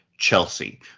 chelsea